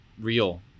real